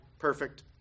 perfect